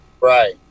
Right